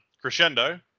Crescendo